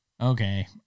Okay